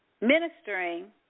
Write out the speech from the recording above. ministering